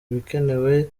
ibikenewe